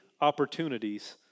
opportunities